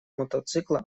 мотоцикла